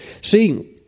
See